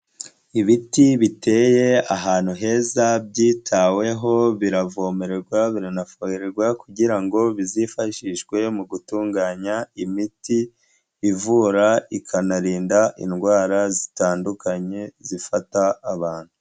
Ibiti biteye ahantu heza byitaweho biravomererwa biranafoherwa, kugira ngo bizifashishwe mu gutunganya imiti ivura ikanarinda indwara zitandukanye zifata abantu.